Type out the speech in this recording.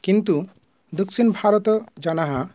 किन्तु दक्षिणभारतजनाः